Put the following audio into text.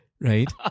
right